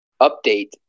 update